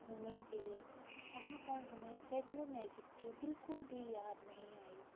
घूमे फिरे वहाँ पर हमें टेक्नोनोजिक की बिल्कुल भी याद नहीं आई